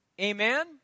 Amen